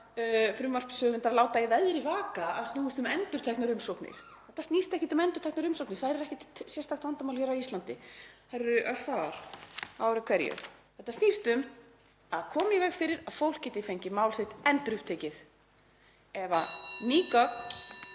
frumvarpshöfundar láta í veðri vaka að snúist um endurteknar umsóknir. Þetta snýst ekkert um endurteknar umsóknir, þær eru ekkert sérstakt vandamál hér á Íslandi, þær eru örfáar á ári hverju. Þetta snýst um að koma í veg fyrir að fólk geti fengið mál sitt endurupptekið ef ný gögn